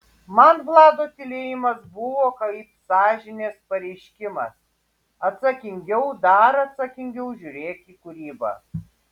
man vlado tylėjimas buvo kaip sąžinės pareiškimas atsakingiau dar atsakingiau žiūrėk į kūrybą